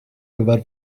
gyfer